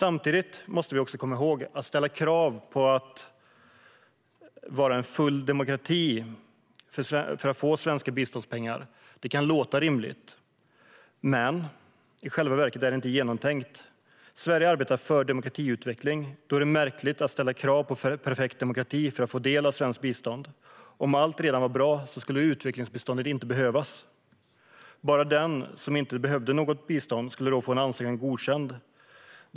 Att ställa krav på att Palestina måste ha full demokrati för att få svenska biståndspengar kan låta rimligt, men i själva verket är det inte genomtänkt. Sverige arbetar för demokratiutveckling, och då är det märkligt att ställa krav på perfekt demokrati för att man ska få del av svenskt bistånd. Om allt redan var bra skulle utvecklingsbiståndet inte behövas. Bara den som inte behöver bistånd skulle då få sin ansökan godkänd.